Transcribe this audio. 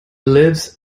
lives